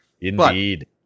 Indeed